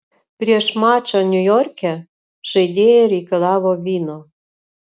prieš mačą niujorke žaidėja reikalavo vyno